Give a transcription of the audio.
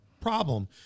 problem